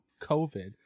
COVID